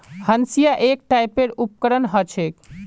हंसिआ एक टाइपेर उपकरण ह छेक